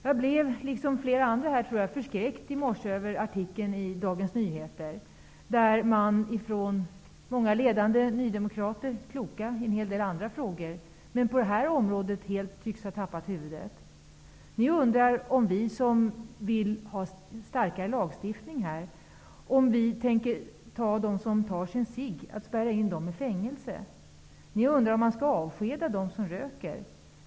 Jag blev, liksom flera andra här tror jag, förskräckt i morse över artikeln i Dagens Nyheter. Många ledande nydemokrater, kloka i en hel del andra frågor, tycks på det här området helt ha tappat huvudet. Ni undrar om vi som vill ha starkare lagstiftning tänker spärra in dem som ''tar sig en cigg'' i fängelse. Ni undrar om man skall avskeda dem som röker.